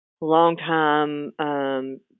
long-time